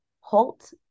halt